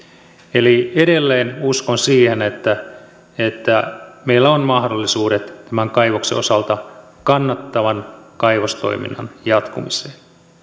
eli edelleen uskon siihen että että meillä on mahdollisuudet tämän kaivoksen osalta kannattavan kaivostoiminnan jatkumiseen